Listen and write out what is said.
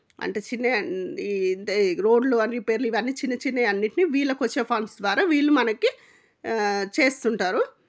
అంటే చిన్నవి రోడ్లు అన్రిపేర్లు ఇవన్నీ చిన్న చిన్న అన్నింటినీ వీళ్ళకి వచ్చే ఫండ్స్ ద్వారా వీళ్ళు మనకి చేస్తుంటారు